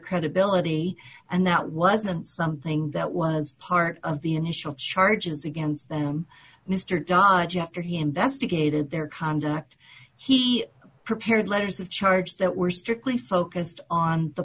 credibility and that wasn't something that was part of the initial charges against them mister dodge after he investigated their conduct he prepared letters of charges that were strictly focused on the